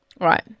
Right